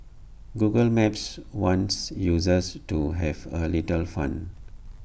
Google maps wants users to have A little fun